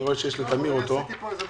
אני רואה שיש לטמיר שרטוט גרפי.